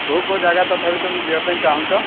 କେଉଁ କେଉଁ ଜାଗା ତଥାପି ତୁମେ ଯିବା ପାଇଁ ଚାହୁଁଛ